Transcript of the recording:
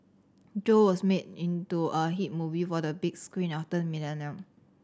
Joe was made into a hit movie for the big screen after the millennium